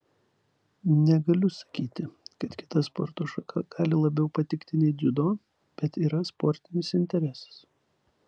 negaliu sakyti kad kita sporto šaka gali labiau patikti nei dziudo bet yra sportinis interesas